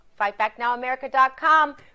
Fightbacknowamerica.com